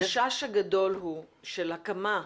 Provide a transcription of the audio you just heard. החשש הגדול של הקמה,